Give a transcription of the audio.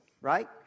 right